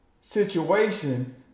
situation